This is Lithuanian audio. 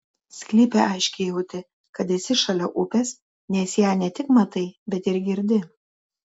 sklype aiškiai jauti kad esi šalia upės nes ją ne tik matai bet ir girdi